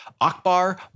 Akbar